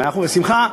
בשמחה.